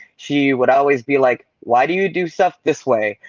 she would always be like, why do you do stuff this way?